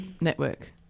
network